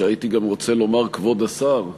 שהייתי גם רוצה לומר "כבוד השר",